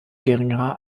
geringerer